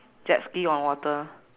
jet ski on water